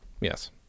yes